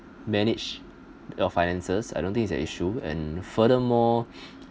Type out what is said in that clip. manage your finances I don't think is a issue and furthermore